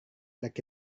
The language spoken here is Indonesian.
laki